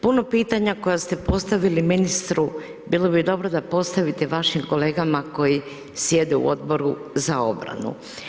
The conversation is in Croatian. Puno pitanja koja ste postavili ministru bilo bi dobro da postavite vašim kolegama koji sjede u Odboru za obranu.